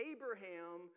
Abraham